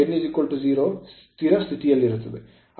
ಮತ್ತು slip slip 1 ಯಾವಾಗ n 0 ಸ್ಥಿರ ಸ್ಥಿತಿಯಲ್ಲಿರುತ್ತದೆ